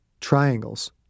triangles